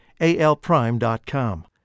alprime.com